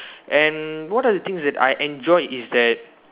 and what are the things that I enjoyed is that